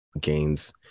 gains